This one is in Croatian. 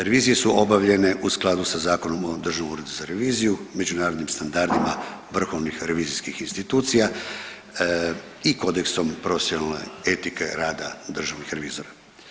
Revizije su obavljene u skladu sa Zakonom o Državnom uredu za reviziju, međunarodnim standardima vrhovnih revizijskih institucija i Kodeksom profesionalne etike rada državnih revizora.